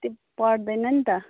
त्यो पढ्दैन नि त